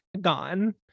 gone